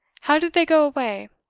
how did they go away?